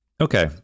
Okay